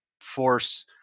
force